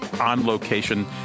on-location